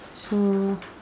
so